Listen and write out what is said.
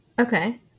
Okay